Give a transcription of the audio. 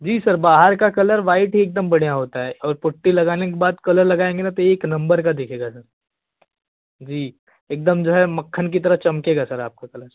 जी sir बाहर का colour white ही एकदम बढ़िया होता है और पुट्टी लगाने के बाद कलर लगाएँगे ना तो एक नंबर का दिखेगा सर जी एकदम जो है मक्खन की तरह चमकेगा सर आपका कलर